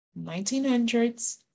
1900s